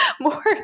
more